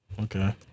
Okay